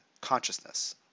Consciousness